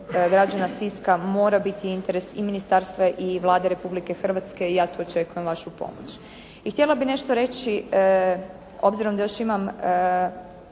građana Siska mora biti interes i ministarstva i Vlade Republike Hrvatske i ja tu očekujem vašu pomoć. I htjela bih nešto reći obzirom da još imam